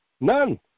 None